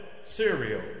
cereal